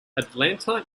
atlanta